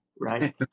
right